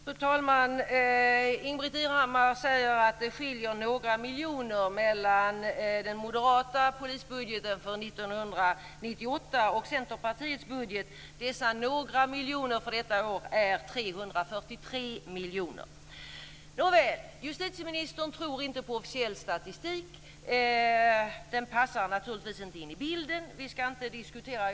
Fru talman! Ingbritt Irhammar säger att det skiljer med några miljoner kronor mellan den moderata polisbudgeten för 1998 och Centerpartiets budget. Dessa några miljoner för detta år är 343 miljoner kronor - Justitieministern tror inte på officiell statistik. Den passar naturligtvis inte in i bilden men vi skall inte diskutera det.